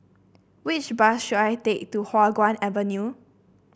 which bus should I take to Hua Guan Avenue